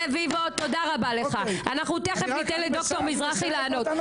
תודה רבה לך, תכף ניתן לדר' מזרחי לענות.